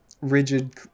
rigid